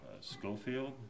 Schofield